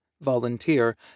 volunteer